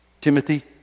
Timothy